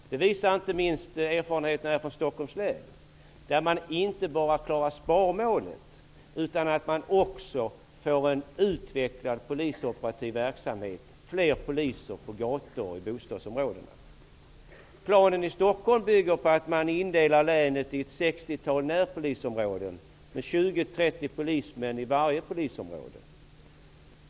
Det visar inte minst erfarenheterna från Stockholms län. Där klarar man inte bara sparmålet utan får också en utvecklad polisoperativ verksamhet med fler poliser på gator och i bostadsområden. Planen bygger på att man indelar Stockholms län i ett sextiotal närpolisområden med 20--30 polismän i varje polisområde.